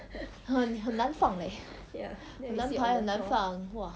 很很难放 leh 很难排很难放 !wah!